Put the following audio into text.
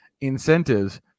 incentives